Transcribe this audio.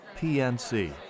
PNC